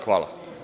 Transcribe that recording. Hvala.